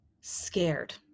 scared